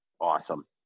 Awesome